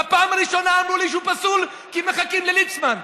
בפעם הראשונה אמרו לי שהוא פסול כי מחכים לליצמן,